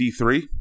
D3